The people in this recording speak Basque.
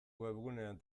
webgunean